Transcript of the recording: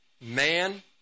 man